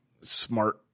smart